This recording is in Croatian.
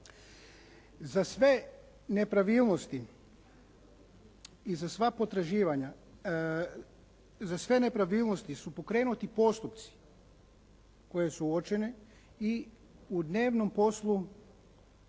Za sve nepravilnosti i za sva potraživanja, za sve nepravilnosti su pokrenuti postupci koji su uočene i u dnevnom poslu